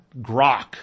grok